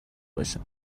باشه